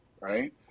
right